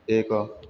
ଏକ